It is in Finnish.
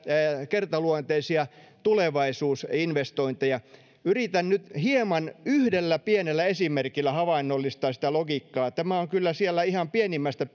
kertaluonteisia tulevaisuusinvestointeja yritän nyt hieman yhdellä pienellä esimerkillä havainnollistaa sitä logiikkaa tämä on kyllä ihan sieltä pienimmästä